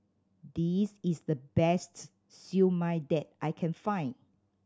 this is the best Siew Mai that I can find